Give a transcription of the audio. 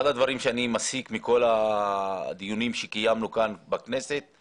אחד הדברים שאני מסיק מכל הדיונים שקיימנו כאן בכנסת היא